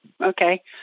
Okay